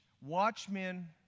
Watchmen